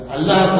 Allah